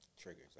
Triggers